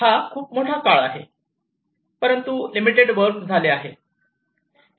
हा खूप मोठा काळ आहे परंतु लिमिटेड वर्क झाले आहे